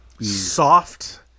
soft